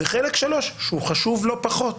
והשלישי, שהוא חשוב לא פחות,